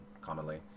commonly